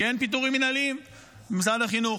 כי אין פיטורים מינהליים במשרד החינוך.